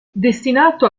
destinato